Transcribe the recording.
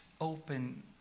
open